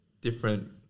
different –